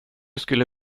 skulle